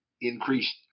increased